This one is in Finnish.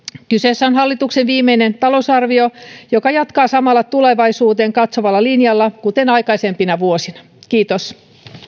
kyseessä on hallituksen viimeinen talousarvio joka jatkaa samalla tulevaisuuteen katsovalla linjalla kuten aikaisempina vuosina kiitos